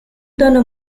tono